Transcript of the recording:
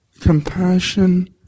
compassion